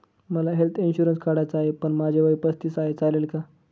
मला health insurance काढायचा आहे पण माझे वय पस्तीस आहे, चालेल का?